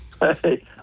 Hey